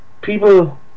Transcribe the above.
people